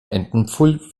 entenpfuhl